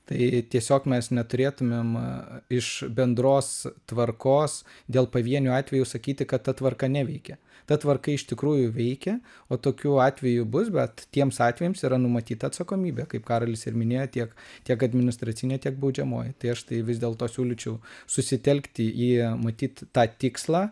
tai tiesiog mes neturėtumėm iš bendros tvarkos dėl pavienių atvejų sakyti kad ta tvarka neveikia ta tvarka iš tikrųjų veikia o tokių atvejų bus bet tiems atvejams yra numatyta atsakomybė kaip karolis ir minėjo tiek tiek administracinė tiek baudžiamoji tai aš tai vis dėlto siūlyčiau susitelkti į matyt tą tikslą